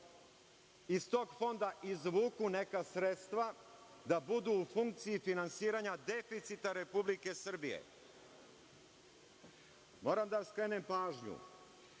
iz tog Fonda izvuku neka sredstva, da budu u funkciji finansiranja deficita Republike Srbije. Moram da vam skrenem pažnju,